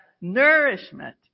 Nourishment